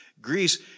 Greece